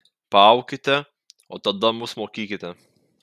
paaukite o tada mus mokykite